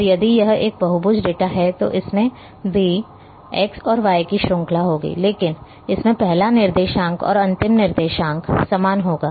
और यदि यह एक बहुभुज डेटा है तो इसमें भी x और y की श्रृंखला होगी लेकिन इसमें पहला निर्देशांक और अंतिम निर्देशांक समान होगा